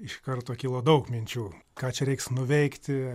iš karto kilo daug minčių ką čia reiks nuveikti